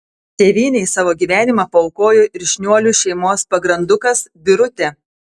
tėvynei savo gyvenimą paaukojo ir šniuolių šeimos pagrandukas birutė